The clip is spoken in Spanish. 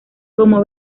como